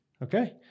Okay